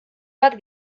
bat